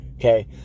Okay